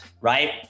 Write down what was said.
right